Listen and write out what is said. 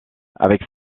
avec